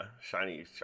Shiny